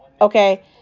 Okay